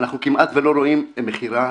אנחנו כמעט לא רואים מכירה